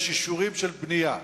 יש אישורים של בנייה,